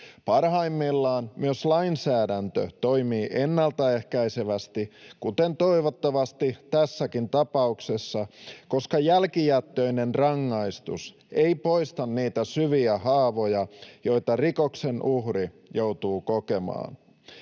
Parhaimmillaan myös lainsäädäntö toimii ennaltaehkäisevästi ja niin toivottavasti tässäkin tapauksessa, koska jälkijättöinen rangaistus ei poista niitä syviä haavoja, joita rikoksen uhri joutuu kokemaan.